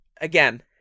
Again